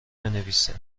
بنویسد